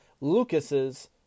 Lucas's